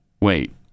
Wait